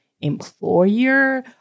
employer